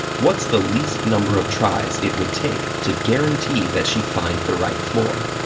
what's the least number of tries it would take to guarantee that she find the right floor?